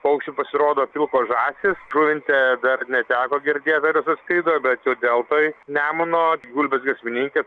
paukščių pasirodo pilkos žąsys žuvinte dar neteko girdėt ar jos atskrido bet jau deltoj nemuno gulbės giesmininkės